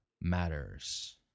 matters